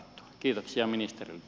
arvoisa puhemies